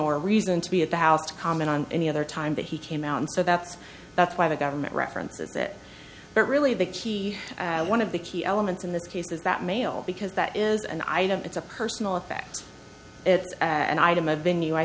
or reason to be at the house to comment on any other time that he came out and so that's that's why the government references that but really the key one of the key elements in this case is that mail because that is an item it's a personal effects it's an item of venue i